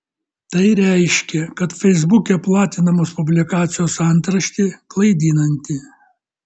tai reiškia kad feisbuke platinamos publikacijos antraštė klaidinanti